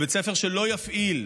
בית ספר שלא יפעיל,